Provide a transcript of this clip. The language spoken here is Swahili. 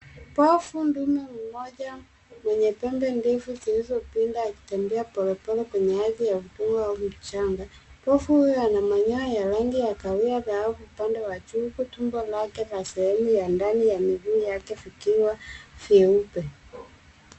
Ndovu ndume mmoja mwenye pembe ndefu zilizopinda akitembea polepole kwenye ardhi ya ufuo au shamba. Ndovu huyu ana manyoya ya rangi ya kahawia dhahabu upande wa juu, huku tumbo lake na sehemu ya ndani ya miguu yake vikiwa vyeupe.